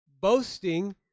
boasting